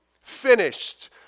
finished